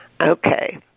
Okay